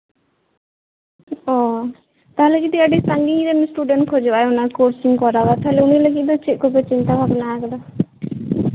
ᱚ ᱛᱟᱦᱚᱞᱮ ᱟᱹᱰᱤ ᱥᱟᱺᱜᱤᱧ ᱨᱮᱱ ᱮᱥᱴᱩᱰᱮᱱᱴ ᱠᱚ ᱦᱤᱡᱩᱜᱼᱟ ᱚᱱᱟ ᱠᱳᱨᱥ ᱮ ᱠᱚᱨᱟᱣᱟ ᱛᱟᱦᱚᱞᱮ ᱩᱱᱤ ᱞᱟᱹᱜᱤᱫ ᱫᱚ ᱪᱮᱫ ᱠᱚᱯᱮ ᱪᱤᱱᱛᱟ ᱵᱷᱟᱵᱽᱱᱟ ᱠᱟᱫᱟ